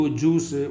juice